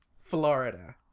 Florida